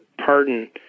pardon